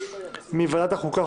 מוועדת החוקה,